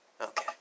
Okay